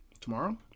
tomorrow